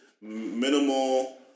minimal